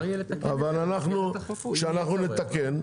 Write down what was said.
אבל אנחנו, כשאנחנו נתקן.